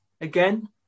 again